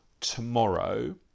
tomorrow